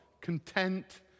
content